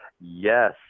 yes